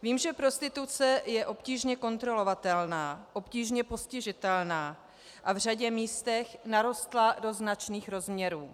Vím, že prostituce je obtížně kontrolovatelná, obtížně postižitelná a v řadě místech narostla do značných rozměrů.